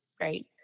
Right